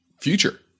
future